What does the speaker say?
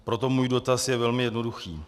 Proto můj dotaz je velmi jednoduchý.